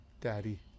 Daddy